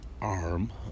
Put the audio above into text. arm